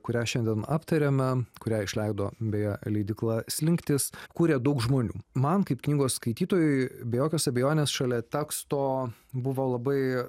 kurią šiandien aptariame kurią išleido beje leidykla slinktis kūrė daug žmonių man kaip knygos skaitytojui be jokios abejonės šalia teksto buvo labai